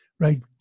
Right